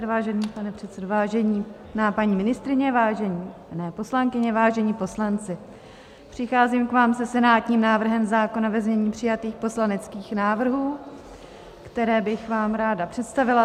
Vážený pane předsedo, vážená paní ministryně, vážené poslankyně, vážení poslanci, přicházím k vám se senátním návrhem zákona ve znění přijatých poslaneckých návrhů, které bych vám ráda představila.